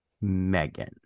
Megan